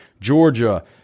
Georgia